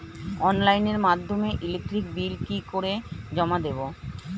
অনলাইনের মাধ্যমে electric bill কি করে জমা দেবো?